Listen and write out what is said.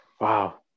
Wow